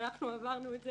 אנחנו עברנו את זה